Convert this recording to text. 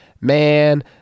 man